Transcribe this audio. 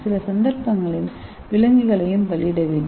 சில சந்தர்ப்பங்களில் விலங்குகளையும் பலியிட வேண்டும்